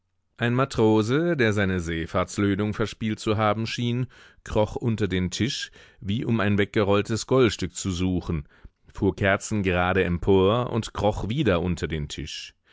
ein matrose der seine seefahrts löhnung verspielt zu haben schien kroch unter den tisch wie um ein weggerolltes goldstück zu suchen fuhr kerzengerade empor und kroch wieder unter den tisch